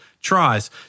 tries